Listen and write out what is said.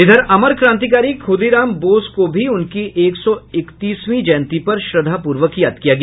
इधर अमर क्रांतिकारी खूदीराम बोस को भी उनकी एक सौ इकतीसवीं जयंती पर श्रद्धापूर्वक याद किया गया